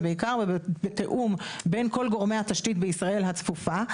ובעיקר בתיאום בין כל גורמי התשתית בישראל הצפופה.